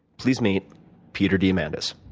please meet peter diamandis.